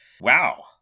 wow